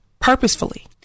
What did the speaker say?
purposefully